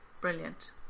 Brilliant